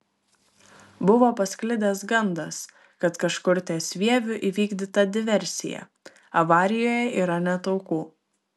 buvo pasklidęs gandas kad kažkur ties vieviu įvykdyta diversija avarijoje yra net aukų